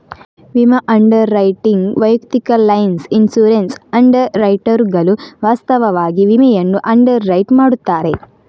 ವಿಮಾ underwriting ವೈಯಕ್ತಿಕ lines insurance ಅಂಡರ್ ರೈಟರುಗಳು ವಾಸ್ತವವಾಗಿ ವಿಮೆಯನ್ನು ಅಂಡರ್ ರೈಟ್ ಮಾಡುತ್ತಾರೆ